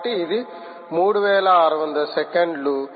కాబట్టి అది 3600 సెకన్లు